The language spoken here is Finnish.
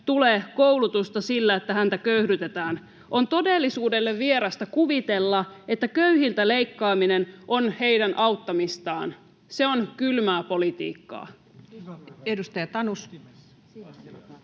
tule koulutusta sillä, että häntä köyhdytetään. On todellisuudelle vierasta kuvitella, että köyhiltä leikkaaminen on heidän auttamistaan. Se on kylmää politiikkaa. [Speech 128]